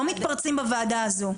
לא מתפרצים בוועדה הזו.